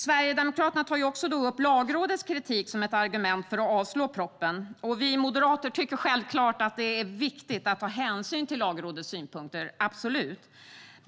Sverigedemokraterna tar också upp Lagrådets kritik som ett argument för att avslå propositionen. Vi moderater tycker självklart att det är viktigt att ta hänsyn till Lagrådets synpunkter, absolut.